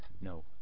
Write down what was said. No